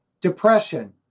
Depression